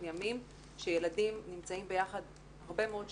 ימים שילדים נמצאים ביחד הרבה מאוד שעות,